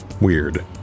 weird